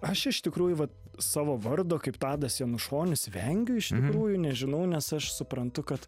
aš iš tikrųjų vat savo vardo kaip tadas janušonis vengiu iš tikrųjų nežinau nes aš suprantu kad